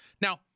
Now